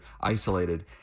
isolated